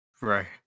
right